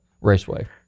Raceway